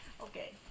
Okay